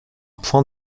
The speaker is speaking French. point